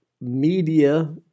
media